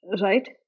right